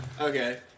okay